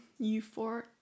euphoric